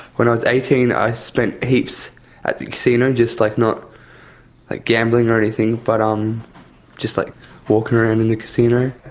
when i was eighteen i spent heaps at the casino, just like not ah gambling or anything, but um just like walking around in the casino.